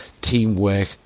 teamwork